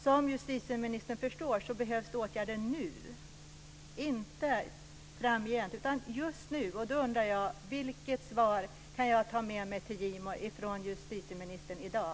Som justitieministern förstår behövs det åtgärder nu, inte framgent, utan just nu, och då undrar jag: Vilket svar kan jag ta med mig till Gimo från justitieministern i dag?